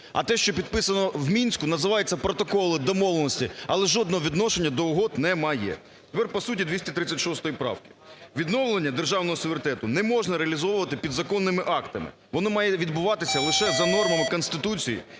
А те, що підписано в Мінську, називається: протоколи, домовленості. Але жодного відношення до угод не мають. Тепер по суті 236-ї правки. Відновлення державного суверенітету не можна реалізовувати підзаконними актами. Воно має відбуватися лише за нормами Конституції